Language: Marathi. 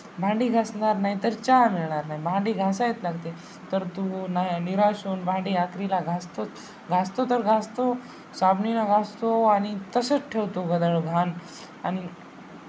भांडी घासणार नाही तर चहा मिळणार नाही भांडी घासायला लागते तर तो ना निराश होऊन भांडी आखरीला घासतोच घासतो तर घासतो साबणाला घासतो आणि तसंच ठेवतो गदळ घाण आणि